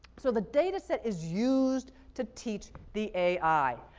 so the data set is used to teach the ai.